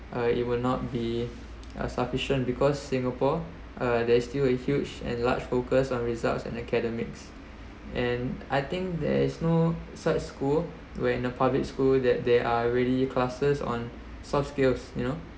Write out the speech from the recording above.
uh it will not be uh sufficient because singapore uh there is still a huge and large focus on results and academics and I think there is no such school when a public school that there are really classes on soft skills you know